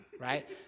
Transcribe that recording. right